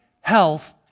health